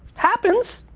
happens.